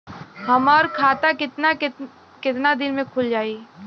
हमर खाता कितना केतना दिन में खुल जाई?